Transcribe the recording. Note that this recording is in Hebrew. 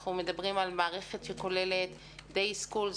אנחנו מערכת שכוללת Day schools,